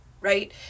right